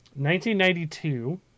1992